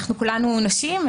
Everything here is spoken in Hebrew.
אנחנו כולנו נשים,